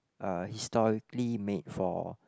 uh historically made for